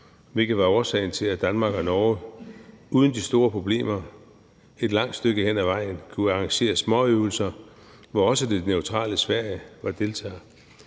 hvilket var årsagen til, at Danmark og Norge uden de store problemer et langt stykke hen ad vejen kunne arrangere småøvelser, hvor også det neutrale Sverige var deltager,